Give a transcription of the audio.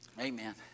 Amen